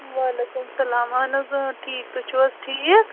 وعلیکُم سَلام اہن حظ اۭں ٹھیٖک تُہۍ چھُو حظ ٹھیٖک